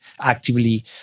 actively